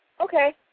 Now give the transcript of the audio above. Okay